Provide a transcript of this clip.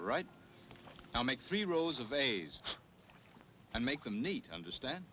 right now make three rows of a's and make them neat understand